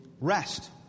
rest